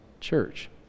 church